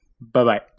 Bye-bye